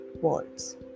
words